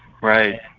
right